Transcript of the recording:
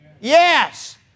Yes